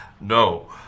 No